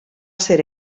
ser